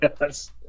yes